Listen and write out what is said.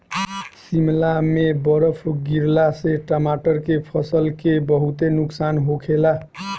शिमला में बरफ गिरला से टमाटर के फसल के बहुते नुकसान होखेला